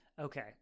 Okay